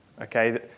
Okay